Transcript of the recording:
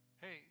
hey